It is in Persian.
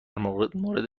مورد